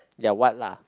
ya what lah